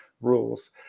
rules